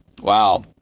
Wow